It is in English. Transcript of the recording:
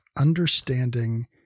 understanding